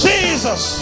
Jesus